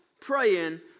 praying